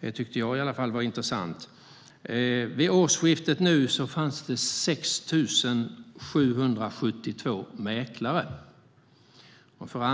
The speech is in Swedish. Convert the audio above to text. Det tyckte i alla fall jag var intressant. Vid årsskiftet fanns det 6 772 mäklare. För att